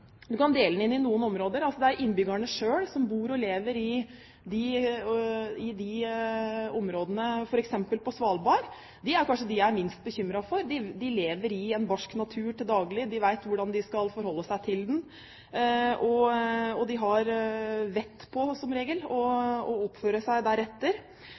innbyggerne selv, som bor og lever i de områdene, f.eks. på Svalbard. De er kanskje dem jeg er minst bekymret for. De lever i en barsk natur til daglig, de vet hvordan de skal forholde seg til den, og de har som regel vett på å oppføre seg deretter.